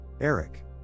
Eric